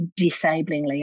disablingly